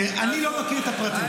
תראה, אני לא מכיר את הפרטים.